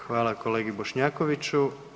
Hvala kolegi Bošnjakoviću.